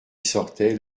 sortait